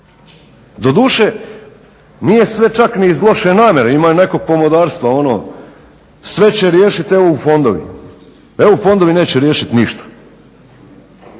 Doduše nije sve čak iz loše namjere, imaju nekog pomodarstva, evo sve će riješi EU fondovi. EU fondovi neće riješit ništa,